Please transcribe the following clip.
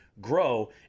grow